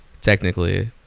technically